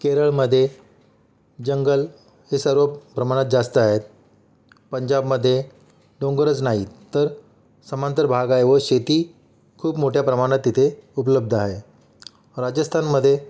केरळमध्ये जंगल हे सर्व प्रमाणात जास्त आहेत पंजाबमध्ये डोंगरच नाही तर समांतर भाग आहे व शेती खूप मोठ्या प्रमाणात तिथे उपलब्ध आहे राजस्थानमध्ये